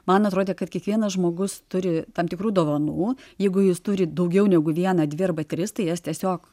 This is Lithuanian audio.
man atrodė kad kiekvienas žmogus turi tam tikrų dovanų jeigu jis turi daugiau negu vieną dvi arba tris tai jas tiesiog